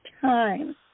time